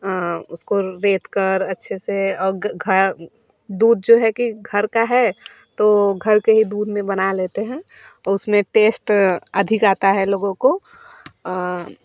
उसको रेत कर अच्छे से और दूध जो है कि घर का है तो घर के ही दूध में बना लेते हैं और उसमें टेष्ट अधिक आता है लोगों को